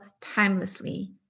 timelessly